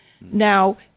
Now